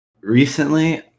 Recently